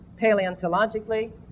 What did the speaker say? paleontologically